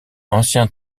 ancien